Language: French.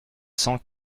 cent